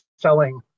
selling